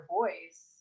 voice